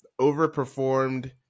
overperformed